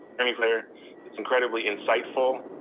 any player it's incredibly insightful.